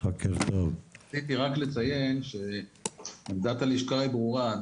רציתי רק לציין שפקודת הלשכה היא ברורה.